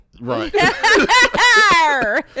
Right